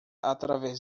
através